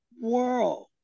world